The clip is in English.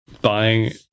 buying